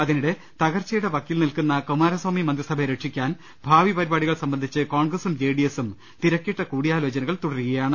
അതിനിടെ തകർച്ച യുടെ വക്കിൽ നിൽക്കുന്ന കുമാരസ്വാമി മന്ത്രിസഭയെ രക്ഷിക്കാൻ ഭാവി പരിപാ ടികൾ സംബന്ധിച്ച് കോൺഗ്രസും ജെ ഡി എസും തിരക്കിട്ട കൂടിയാലോചന കൾ തുടരുകയാണ്